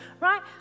Right